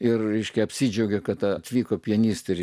ir aiškiai apsidžiaugė kad atvyko pianistė ir